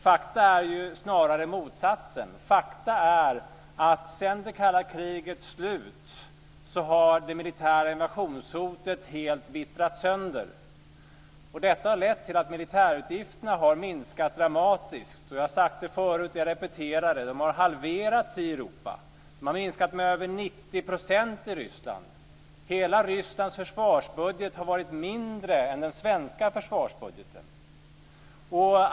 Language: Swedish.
Faktum är snarare motsatsen - faktum är att sedan det kalla krigets slut har det militära invasionshotet helt vittrat sönder. Detta har lett till att militärutgifterna har minskat dramatiskt. Jag har sagt det förut, och jag repeterar det: De har halverats i Europa. De har minskat med över 90 % i Ryssland. Hela Rysslands försvarsbudget har varit mindre än den svenska försvarsbudgeten.